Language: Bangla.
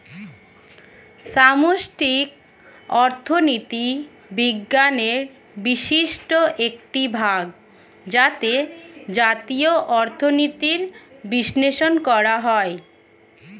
সামষ্টিক অর্থনীতি বিজ্ঞানের বিশিষ্ট একটি ভাগ যাতে জাতীয় অর্থনীতির বিশ্লেষণ করা হয়